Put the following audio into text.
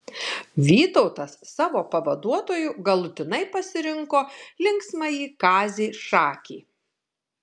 vytautas savo pavaduotoju galutinai pasirinko linksmąjį kazį šakį